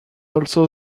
also